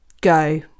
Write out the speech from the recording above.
go